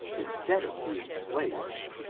instead of being slaves,